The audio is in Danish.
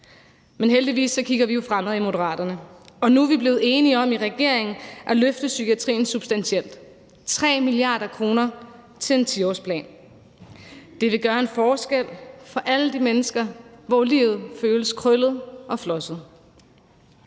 Men heldigvis kigger vi fremad i Moderaterne, og nu er man i regeringen blevet enige om at løfte psykiatrien substantielt med 3 mia. kr. til en 10-årsplan. Det vil gøre en forskel for alle de mennesker, for hvem livet føles krøllet og flosset.